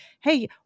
hey